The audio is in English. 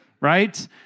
Right